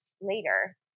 later